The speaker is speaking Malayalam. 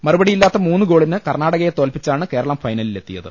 മറുപടിയില്ലാത്ത മൂന്നു ഗോളിന് കർണാടകയെ തോൽപ്പിച്ചാണ് കേരളം ഫൈനലിലെത്തിയത്